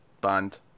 band